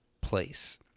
place